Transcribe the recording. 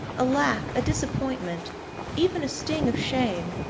a lack, a disappointment even a sting of shame,